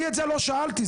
אני לא שאלתי את זה,